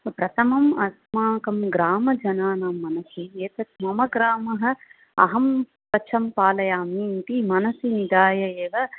प्रथमम् अस्माकं ग्रामजनानां मनसि एतत् मम ग्रामः अहं स्वच्छं पालयामि इति मनसि निधाय एव